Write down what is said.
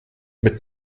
mit